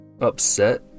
upset